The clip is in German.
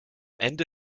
ende